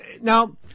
now